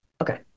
okay